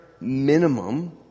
minimum